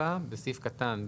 בסעיף קטן (ג)(2),